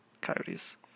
Coyotes